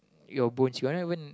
your bones you are not even